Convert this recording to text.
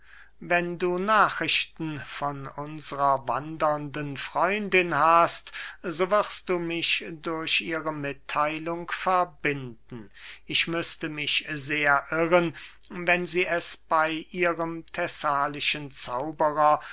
wenn du nachrichten von unsrer wandernden freundin hast so wirst du mich durch ihre mittheilung verbinden ich müßte mich sehr irren wenn sie es bey ihrem thessalischen zauberer